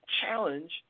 challenge